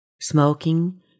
smoking